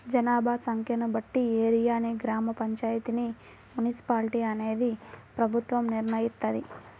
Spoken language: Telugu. జనాభా సంఖ్యను బట్టి ఏరియాని గ్రామ పంచాయితీ, మున్సిపాలిటీ అనేది ప్రభుత్వం నిర్ణయిత్తది